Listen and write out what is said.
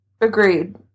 Agreed